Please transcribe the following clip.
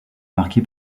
marqué